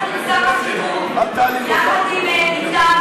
עם השטויות האלה לא הולכים למכולת.